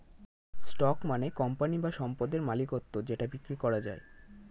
stock মানে company বা সম্পদের মালিকত্ব যেটা বিক্রি করা যায়